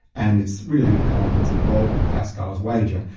and it's really the kind that's involved in pascal's wager.